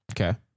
Okay